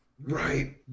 Right